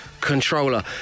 controller